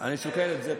הוא שוקל את זה.